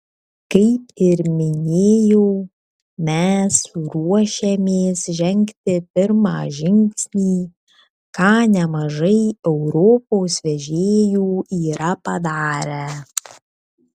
kaip ir minėjau mes ruošiamės žengti pirmą žingsnį ką nemažai europos vežėjų yra padarę